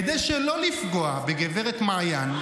כדי שלא לפגוע בגב' מעיין,